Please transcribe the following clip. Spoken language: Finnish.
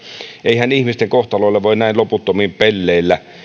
eihän ihmisten kohtaloilla voi näin loputtomiin pelleillä